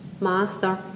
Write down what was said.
master